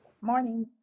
Morning